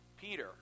Peter